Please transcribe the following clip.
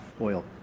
oil